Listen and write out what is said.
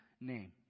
name